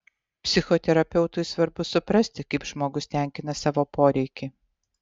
psichoterapeutui svarbu suprasti kaip žmogus tenkina savo poreikį